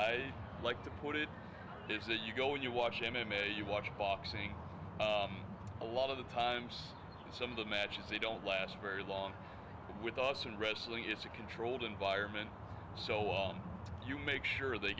i like to put it is that you go and you watch him in you watch boxing a lot of the times and some of the matches they don't last very long with austin wrestling it's a controlled environment so on you make sure they